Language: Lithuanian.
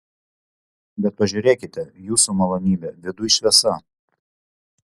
bet pažiūrėkite jūsų malonybe viduj šviesa